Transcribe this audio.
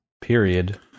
period